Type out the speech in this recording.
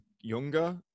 younger